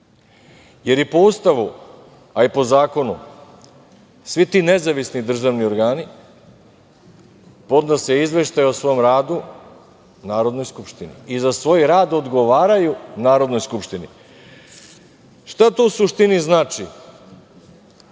Po Ustavu i po zakonu svi ti nezavisni državni organi podnose izveštaj o svom radu Narodnoj skupštini i za svoj rad odgovaraju Narodnoj skupštini. Šta to u suštini znači?